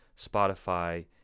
Spotify